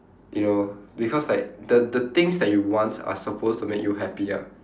you know because like the the things that you want are supposed to make you happy ah